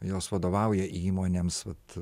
jos vadovauja įmonėms vat